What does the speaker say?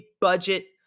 budget